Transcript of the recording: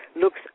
looks